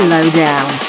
Lowdown